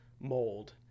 mold